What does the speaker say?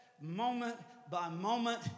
moment-by-moment